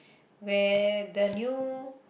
where the new